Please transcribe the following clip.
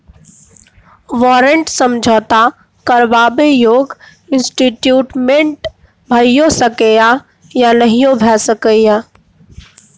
बारंट समझौता करबाक योग्य इंस्ट्रूमेंट भइयो सकै यै या नहियो भए सकै यै